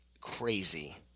crazy